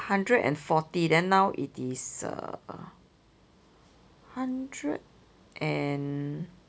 hundred and fourty then now it is err hundred and